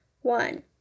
One